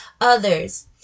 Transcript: others